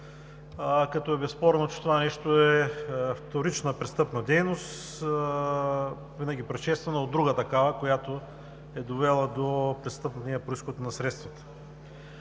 като е безспорно, че това нещо е вторична престъпна дейност, винаги предшествана от друга такава, която е довела до престъпния произход на средствата“.